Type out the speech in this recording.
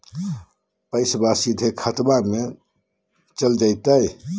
पैसाबा सीधे खतबा मे चलेगा जयते?